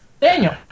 Daniel